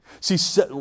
See